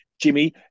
Jimmy